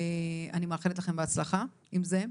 אני מאחלת לכם בהצלחה עם זה.